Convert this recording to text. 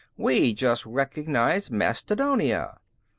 we just recognized mastodonia.